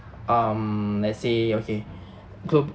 um let's say okay glob~